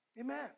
Amen